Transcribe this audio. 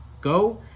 Go